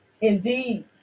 indeed